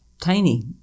Tiny